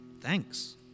Thanks